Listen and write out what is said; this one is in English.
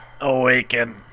awaken